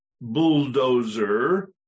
bulldozer